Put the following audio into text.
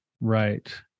Right